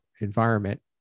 environment